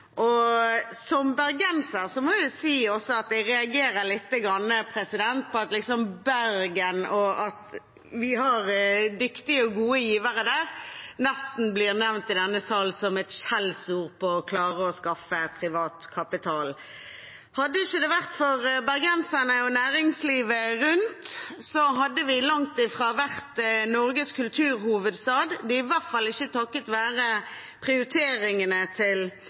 Som bergenser må jeg si jeg reagerer litt på at Bergen, og det at vi har dyktige og gode givere der, nesten blir nevnt i denne salen som et skjellsord fordi man klarer å skaffe privat kapital. Hadde det ikke vært for bergenserne og næringslivet rundt, ville vi langt fra ha vært Norges kulturhovedstad. Det er i hvert fall ikke takket være prioriteringene til